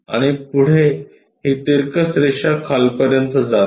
आणि पुढे ही तिरकस रेषा खालपर्यंत जाते